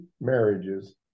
marriages